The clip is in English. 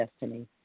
destiny